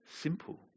simple